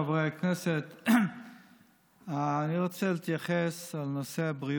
חברי הכנסת, אני רוצה להתייחס לנושא הבריאות,